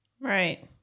Right